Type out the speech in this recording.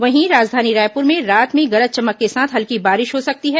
वहीं राजधानी रायपुर में रात में गरज चमक के साथ हल्की बारिश हो सकती है